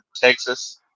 Texas